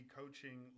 coaching